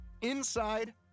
inside